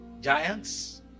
giants